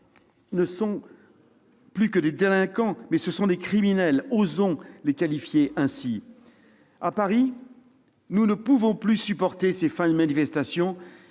non plus des délinquants, mais des criminels. Osons les qualifier ainsi ! À Paris, nous ne pouvons plus supporter ces fins de manifestations